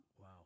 Wow